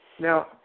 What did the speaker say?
Now